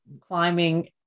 climbing